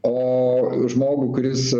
o žmogų kuris